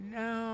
no